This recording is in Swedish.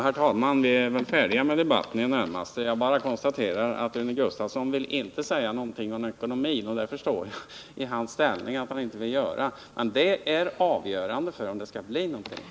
Herr talman! Vi är väl i det närmaste färdiga med debatten. Jag konstaterar bara att Rune Gustavsson inte vill säga någonting om ekonomin. Jag förstår att han inte vill göra det i den ställning han har. Men ekonomin är avgörande för om det skall bli något resultat.